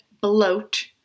bloat